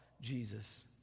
Jesus